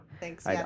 thanks